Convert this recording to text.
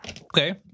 Okay